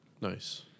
nice